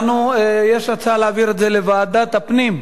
יש הצעה להעביר את זה לוועדת הפנים,